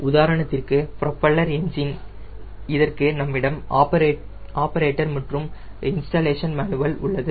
உதாரணத்திற்கு propeller engine இதற்கு நம்மிடம் ஆபரேட்டர் மற்றும் இன்ஸ்டலேஷன் மேனுவல் உள்ளது